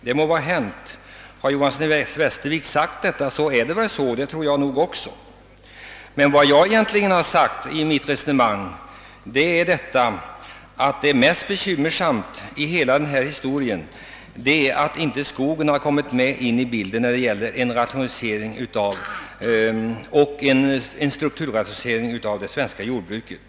Det är möjligt att så är fallet, men jag har aldrig sagt det, men när herr Johanson i Västervik sagt så är det väl så. Vad jag sade var att det mest bekymmersamma i denna fråga är att skogen inte har kommit med i bilden när det gäller strukturrationaliseringen inom = det svenska jordbruket.